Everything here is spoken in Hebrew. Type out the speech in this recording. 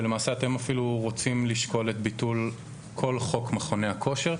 ולמעשה אתם אפילו רוצים לשקול ביטול כל חוק מכוני הכושר.